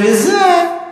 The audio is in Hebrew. ולזה,